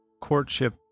courtship